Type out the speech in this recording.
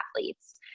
athletes